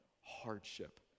hardship